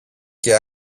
και